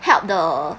help the